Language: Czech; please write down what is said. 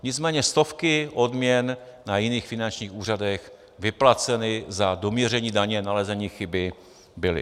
Nicméně stovky odměn na jiných finančních úřadech vyplaceny za doměření daně a nalezení chyby byly.